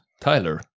Tyler